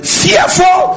fearful